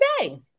today